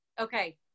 okay